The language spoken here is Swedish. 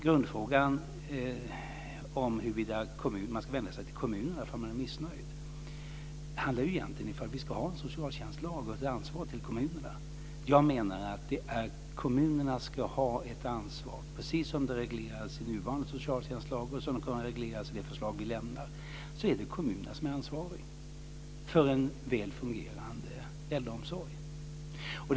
Grundfrågan om huruvida man ska vända sig till kommunerna om man är missnöjd, handlar egentligen om vi ska ha en socialtjänstlag och ansvaret hos kommunerna. Jag menar att kommunerna ska ha ett ansvar, precis som det regleras i nuvarande socialtjänstlag och som det kommer att regleras i det förslag vi lägger. Det är kommunerna som är ansvariga för en väl fungerande äldrevård.